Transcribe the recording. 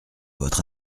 votre